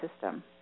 system